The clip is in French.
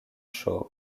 shaw